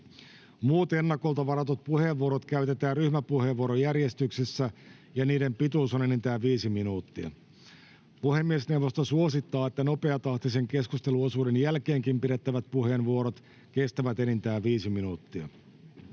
Muut ennakolta varatut puheenvuorot käytetään ryhmäpuheenvuorojärjestyksessä, ja niiden pituus on enintään viisi minuuttia. Puhemiesneuvosto suosittaa, että nopeatahtisen keskusteluosuuden jälkeenkin pidettävät puheenvuorot kestävät enintään viisi minuuttia.